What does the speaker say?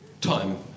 Time